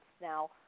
Now